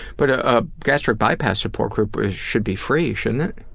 but ah a gastric bypass support group should be free, shouldn't it?